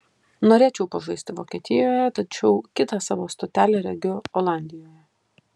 norėčiau pažaisti vokietijoje tačiau kitą savo stotelę regiu olandijoje